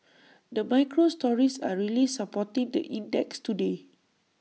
the micro stories are really supporting the index today